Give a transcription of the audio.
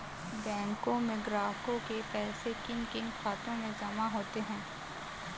बैंकों में ग्राहकों के पैसे किन किन खातों में जमा होते हैं?